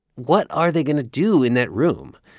what are they going to do in that room?